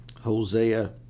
Hosea